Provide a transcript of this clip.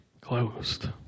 closed